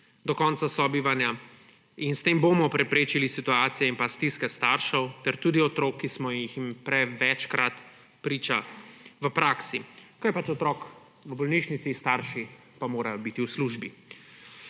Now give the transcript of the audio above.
do konca sobivanja. S tem bomo preprečili situacije in stiske staršev ter tudi otrok, ki smo jim prevečkrat priča v praksi, ker je pač otrok v bolnišnici, starši pa morajo biti v službi.